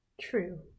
True